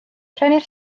rhennir